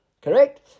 Correct